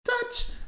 touch